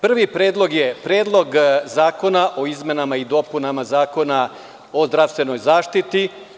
Prvi predlog je Predlog zakona o izmenama i dopunama Zakona o zdravstvenoj zaštiti.